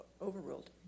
Overruled